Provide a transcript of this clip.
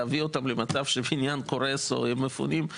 להביא אותם למצב של בניין קורס או של פינוי